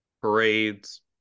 parades